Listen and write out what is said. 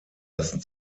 ersten